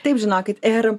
taip žinokit ir